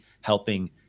helping